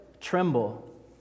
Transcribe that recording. tremble